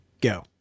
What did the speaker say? go